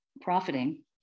profiting